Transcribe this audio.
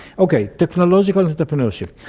okay, technological entrepreneurship.